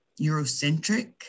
Eurocentric